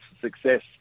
success